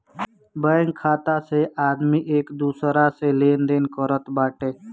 bank खाता से आदमी एक दूसरा से लेनदेन करत बाटे